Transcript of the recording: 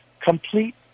complete